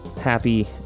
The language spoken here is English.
happy